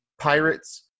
Pirates